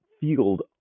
field